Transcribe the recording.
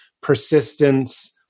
persistence